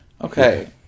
Okay